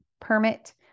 permit